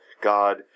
God